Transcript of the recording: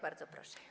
Bardzo proszę.